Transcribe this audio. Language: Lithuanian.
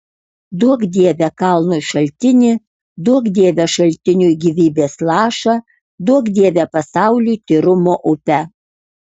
duok dieve kalnui šaltinį duok dieve šaltiniui gyvybės lašą duok dieve pasauliui tyrumo upę